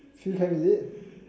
field camp is it